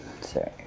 sorry